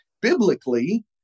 biblically